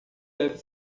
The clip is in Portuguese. deve